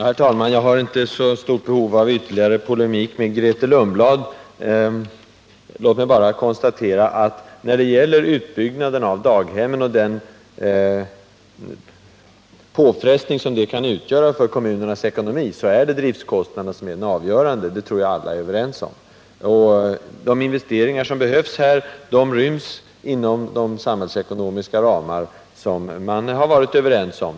Herr talman! Jag har inte så stort behov av ytterligare polemik med Grethe Lundblad. Låt mig bara konstatera att när det gäller utbyggnaden av daghemmen, och den påfrestning som den kan utgöra för kommunernas ekonomi, så är driftkostnaden avgörande. Det tror jag alla är överens om. De investeringar som behövs ryms inom de samhällsekonomiska ramar som man har varit överens om.